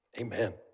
Amen